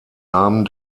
namen